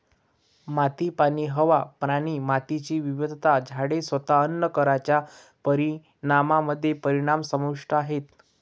माती, पाणी, हवा, प्राणी, मातीची विविधता, झाडे, स्वतः अन्न कारच्या परिणामामध्ये परिणाम समाविष्ट आहेत